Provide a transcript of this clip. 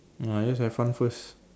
oh just have fun first